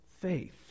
faith